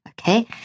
okay